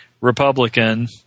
Republican